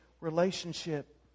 relationship